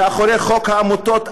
מאחורי חוק העמותות,